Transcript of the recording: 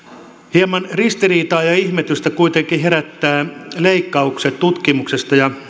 hieman ristiriitaa ja ihmetystä kuitenkin herättävät leikkaukset tutkimuksesta ja